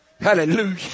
Hallelujah